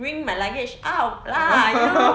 bring my luggage up lah you know